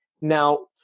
Now